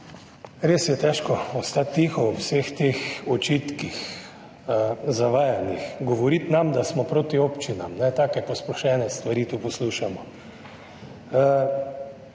Res je težko ostati tiho ob vseh teh očitkih, zavajanjih. Govoriti, da smo proti občinam, take posplošene stvari tu poslušamo.